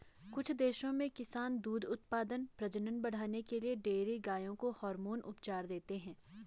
कुछ देशों में किसान दूध उत्पादन, प्रजनन बढ़ाने के लिए डेयरी गायों को हार्मोन उपचार देते हैं